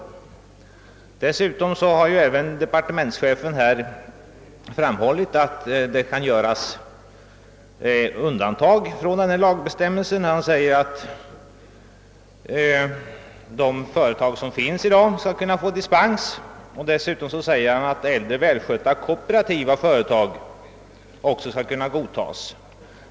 Dessutom har även departementschefen framhållit att det kan göras undantag från denna bestämmelse; han säger att de företag som i dag finns skall kunna få dispens och dessutom att äldre välskötta kooperativa företag också skall kunna godtas.